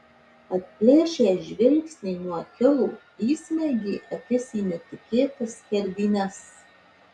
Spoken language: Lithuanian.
atplėšęs žvilgsnį nuo achilo įsmeigė akis į netikėtas skerdynes